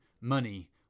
money